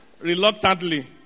Reluctantly